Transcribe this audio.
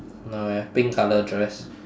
no eh pink colour dress